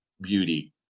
beauty